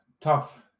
tough